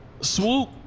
Swoop